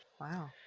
wow